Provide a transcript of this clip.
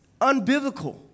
unbiblical